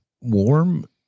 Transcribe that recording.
Warm